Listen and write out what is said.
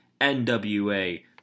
NWA